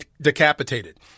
decapitated